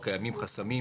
קיימים חסמים,